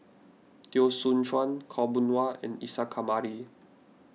Teo Soon Chuan Khaw Boon Wan and Isa Kamari